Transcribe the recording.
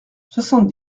soixante